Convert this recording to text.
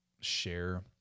share